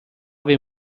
wir